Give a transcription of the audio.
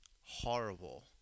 horrible